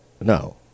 No